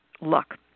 luck